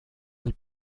del